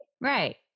right